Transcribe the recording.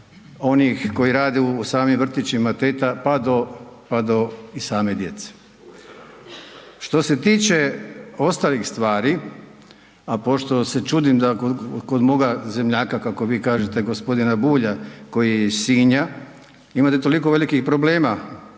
onih koji rade u samim vrtićima teta, pa do, pa do i same djece. Što se tiče ostalih stvari, a pošto se čudim da kod moga zemljaka kako vi kažete, gospodina Bulja, koji je iz Sinja, imate toliko velikih problema